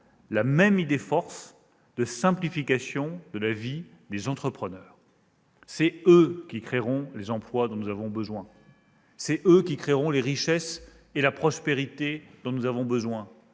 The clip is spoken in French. la même idée-force de simplification de la vie des entrepreneurs. Ce sont ces entrepreneurs qui créeront les emplois dont nous avons besoin ; ce sont eux qui créeront les richesses et la prospérité dont nous avons besoin